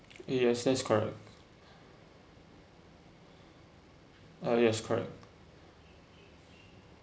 yes that's correct uh yes correct